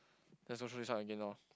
again loh